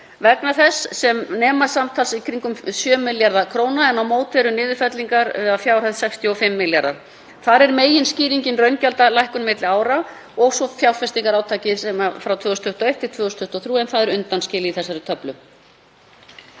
vegna þess sem nema samtals um 7 milljörðum kr. en á móti eru niðurfellingar að fjárhæð 65 milljarðar. Þar er meginskýringin raungjaldalækkun milli ára og svo fjárfestingarátak frá 2021–2023 en það er undanskilið í þessari töflu.